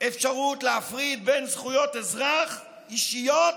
אפשרות להפריד בין זכויות אזרח אישיות